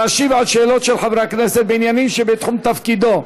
להשיב על שאלות של חברי הכנסת בעניינים שבתחום תפקידו.